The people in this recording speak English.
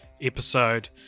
episode